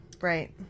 Right